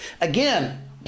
Again